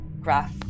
graph